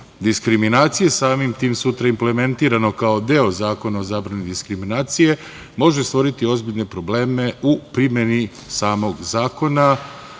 diskriminacije, samim tim su implementirano kao deo Zakona o zabrani diskriminacije, može stvoriti ozbiljne probleme u primeni samog zakona.